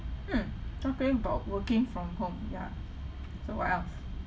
mm talking about working from home ya so what else